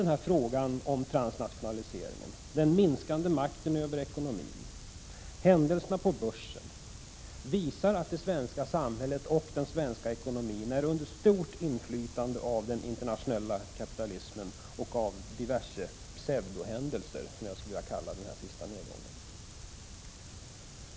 Såväl frågan om transnationaliseringen och den minskande makten över ekonomin som pseudohändelserna — som jag skulle vilja kalla den här sista nedgången — på börsen visar att det svenska samhället och den svenska ekonomin är under stort inflytande av den internationella kapitalismen.